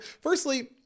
firstly